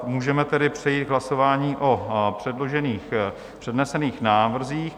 Můžeme tedy přejít k hlasování o předložených přednesených návrzích.